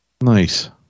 Nice